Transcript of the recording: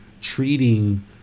treating